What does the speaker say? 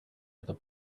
other